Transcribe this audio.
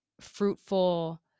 fruitful